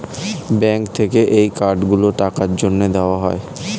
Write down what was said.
bank থেকে এই card গুলো টাকার জন্যে দেওয়া হয়